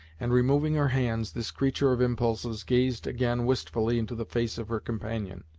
and removing her hands, this creature of impulses gazed again wistfully into the face of her companion,